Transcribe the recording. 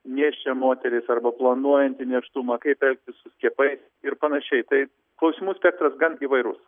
nėščia moteris arba planuojanti nėštumą kaip elgtis su skiepais ir panašiai tai klausimų spektras gan įvairus